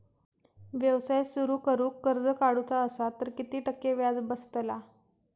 व्यवसाय सुरु करूक कर्ज काढूचा असा तर किती टक्के व्याज बसतला?